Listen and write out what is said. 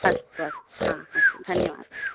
अस्तु अस्तु हा धन्यवादः